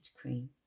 cream